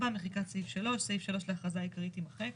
מחיקת סעיף 3 סעיף 3 להכרזה העיקרית יימחק.